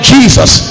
Jesus